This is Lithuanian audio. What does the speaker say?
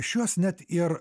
šiuos net ir